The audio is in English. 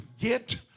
get